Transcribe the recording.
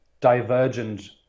divergent